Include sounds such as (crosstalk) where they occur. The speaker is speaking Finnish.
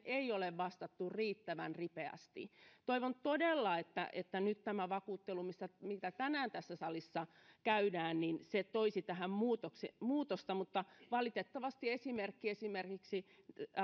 (unintelligible) ei ole vastattu riittävän ripeästi toivon todella että että nyt tämä vakuuttelu mitä tänään tässä salissa käydään toisi tähän muutosta mutta valitettavasti esimerkki